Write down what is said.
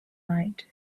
light